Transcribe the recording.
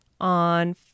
on